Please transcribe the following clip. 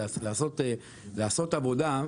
לעשות עבודה,